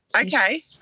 Okay